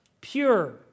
pure